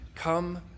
Come